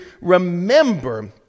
remember